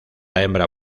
hembra